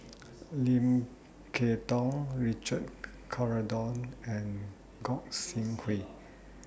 Lim Kay Tong Richard Corridon and Gog Sing Hooi